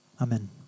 Amen